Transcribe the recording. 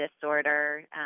disorder